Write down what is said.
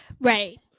Right